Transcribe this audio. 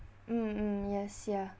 mm mm yes ya